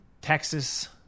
Texas